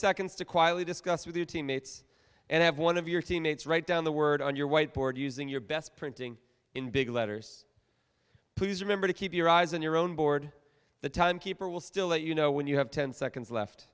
seconds to quietly discuss with your team mates and have one of your teammates write down the word on your whiteboard using your best printing in big letters please remember to keep your eyes on your own board the time keeper will still let you know when you have ten seconds left